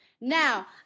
Now